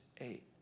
eight